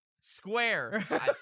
Square